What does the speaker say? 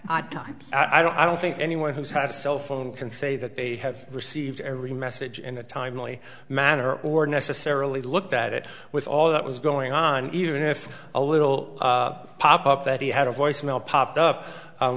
down i don't i don't think anyone who's had a cell phone can say that they have received every message in a timely manner or necessarily looked at it was all that was going on even if a little pop up that he had a voice mail popped up